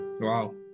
Wow